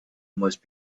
must